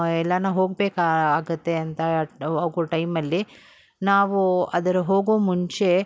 ಎಲ್ಲಾರು ಹೋಗ್ಬೇಕು ಆಗುತ್ತೆ ಅಂತ ಹೋಗೋ ಟೈಮಲ್ಲಿ ನಾವು ಅದರ ಹೋಗೋ ಮುಂಚೆ